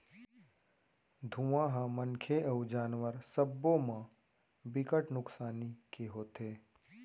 धुंआ ह मनखे अउ जानवर सब्बो म बिकट नुकसानी के होथे